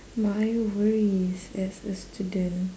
my worries as a student